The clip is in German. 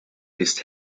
ist